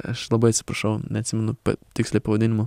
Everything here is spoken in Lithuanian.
aš labai atsiprašau neatsimenu tiksliai pavadinimo